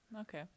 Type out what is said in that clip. Okay